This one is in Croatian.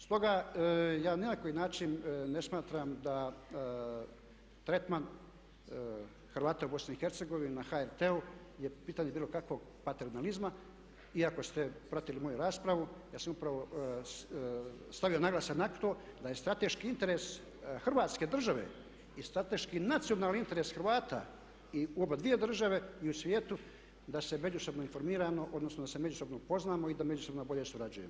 Stoga ja ni na koji način ne smatram da tretman Hrvata u BiH, na HRT-u je pitanje bilo kakvog paternalizma i ako ste pratili moju raspravu ja sam upravo stavio naglasak na to da je strateški interes Hrvatske države i strateški nacionalni interes Hrvata u oba dvije države i u svijetu da se međusobno informiramo, odnosno da se međusobno upoznamo i da međusobno bolje surađujemo.